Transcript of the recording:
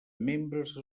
membres